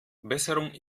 besserung